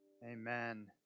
Amen